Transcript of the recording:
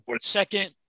second